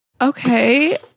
Okay